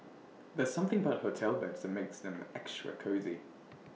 there's something about hotel beds that makes them extra cosy